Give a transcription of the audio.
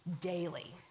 daily